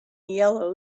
yellow